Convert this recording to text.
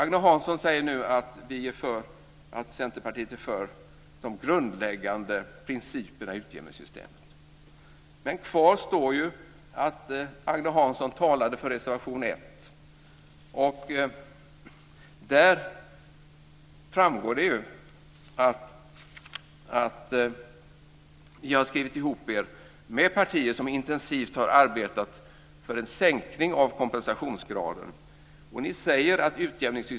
Agne Hansson säger nu att Centerpartiet är för de grundläggande principerna i utjämningssystemet. Men kvar står att Agne Hansson talade för reservation 1, och där framgår det ju att ni har skrivit ihop er med partier som intensivt har arbetat för en sänkning av kompensationsgraden.